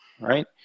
right